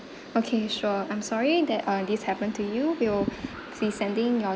okay sure I'm sorry that uh this happened to we'll see sending your